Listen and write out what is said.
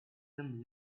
them